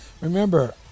Remember